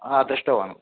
हा दृष्टवान्